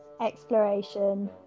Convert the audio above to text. exploration